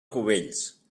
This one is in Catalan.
cubells